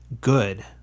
good